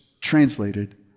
translated